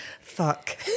Fuck